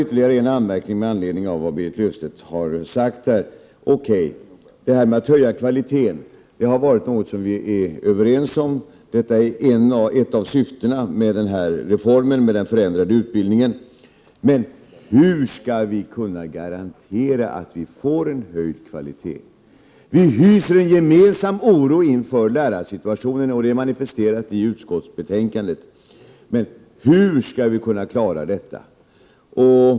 Ytterligare en anmärkning med anledning av vad Berit Löfstedt har sagt: Okej, att höja kvaliteten är något som vi har varit överens om. Det är ett av syftena med utbildningsreformen. Men hur skall vi kunna garantera att vi får en höjd kvalitet? Vi hyser en gemensam oro inför lärarsituationen, och detta manifesteras i utskottsbetänkandet. Hur skall vi kunna klara detta?